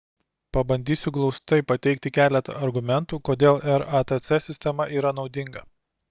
pabandysiu glaustai pateikti keletą argumentų kodėl ratc sistema yra naudinga